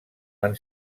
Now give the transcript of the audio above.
van